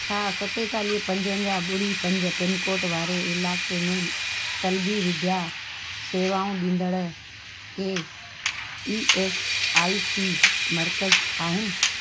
छा सतेतालीह पंजवंजाहु ॿुड़ी पंज पिनकोड वारे इलाइक़े में क़लबी विद्या सेवाऊं ॾींदड़ के ई एस आई सी मर्कज़ आहिनि